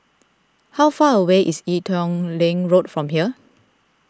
how far away is Ee Teow Leng Road from here